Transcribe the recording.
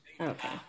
Okay